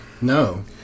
No